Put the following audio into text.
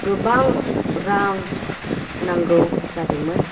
गोबां रां नांगौ जादोंमोन